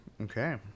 Okay